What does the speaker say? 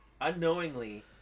unknowingly